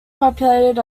populated